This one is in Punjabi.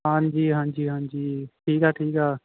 ਹਾਂਜੀ ਹਾਂਜੀ ਹਾਂਜੀ ਠੀਕ ਆ ਠੀਕ ਆ